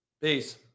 peace